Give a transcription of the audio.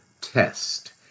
test